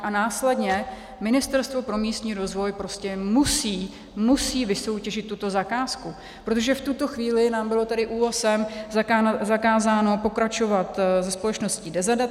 A následně Ministerstvo pro místní rozvoj prostě musí, musí vysoutěžit tuto zakázku, protože v tuto chvíli nám bylo ÚOHSem zakázáno pokračovat se společností Dezadata.